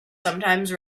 sometimes